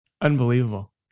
Unbelievable